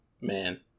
man